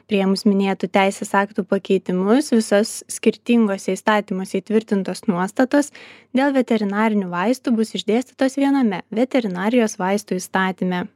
priėmus minėtų teisės aktų pakeitimus visos skirtinguose įstatymuose įtvirtintos nuostatos dėl veterinarinių vaistų bus išdėstytos viename veterinarijos vaistų įstatyme